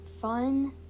fun